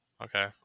Okay